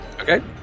Okay